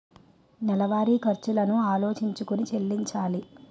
నెలవారి ఖర్చులను ఆలోచించుకొని చెల్లించాలి